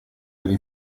delle